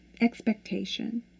expectation